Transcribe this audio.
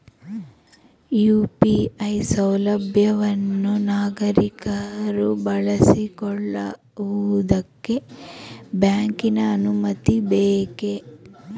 UPI ಸೌಲಭ್ಯವನ್ನು ನಾಗರಿಕರು ಬಳಸಿಕೊಳ್ಳುವುದಕ್ಕೆ ಬ್ಯಾಂಕಿನ ಅನುಮತಿ ಬೇಕೇ?